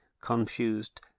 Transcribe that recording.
confused